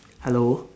hello